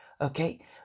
okay